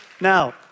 Now